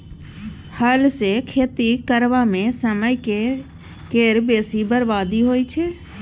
हल सँ खेती करबा मे समय केर बेसी बरबादी होइ छै